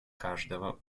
каждого